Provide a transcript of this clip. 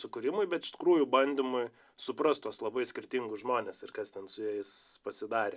sukūrimui bet iš tikrųjų bandymui suprast tuos labai skirtingus žmones ir kas ten su jais pasidarė